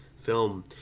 film